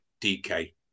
DK